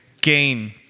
gain